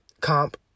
comp